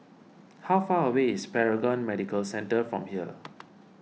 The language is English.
how far away is Paragon Medical Centre from here